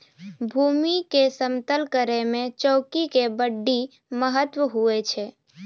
भूमी के समतल करै मे चौकी के बड्डी महत्व हुवै छै